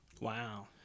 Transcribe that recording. wow